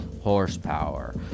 horsepower